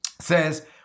says